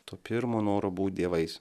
to pirmo noro būt dievais